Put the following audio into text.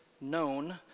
known